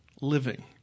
living